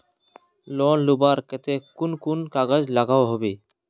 Loan लुबार केते कुन कुन कागज लागोहो होबे?